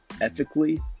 ethically